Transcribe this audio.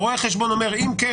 הרואה חשבון אומר: אם כן,